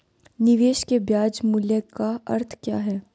निवेश के ब्याज मूल्य का अर्थ क्या है?